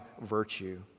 virtue